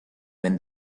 when